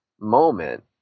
moment